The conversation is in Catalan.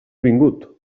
vingut